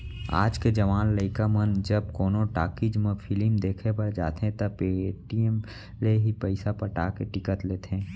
आज के जवान लइका मन जब कोनो टाकिज म फिलिम देखे बर जाथें त पेटीएम ले ही पइसा पटा के टिकिट लेथें